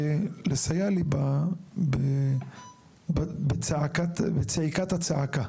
ולסייע לי בצעקת הצעקה.